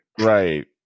right